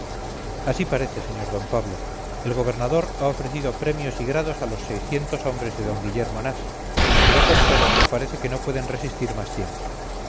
así parece sr d pablo el gobernador ha ofrecido premios y grados a los seiscientos hombres de d guillermo nash pero con todo parece que no pueden resistir más tiempo